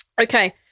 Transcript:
Okay